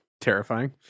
terrifying